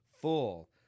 full